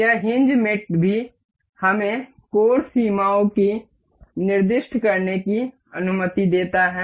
यह hinge mate भी हमें कोण सीमाओं को निर्दिष्ट करने की अनुमति देता है